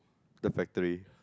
the factory